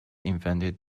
invented